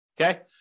Okay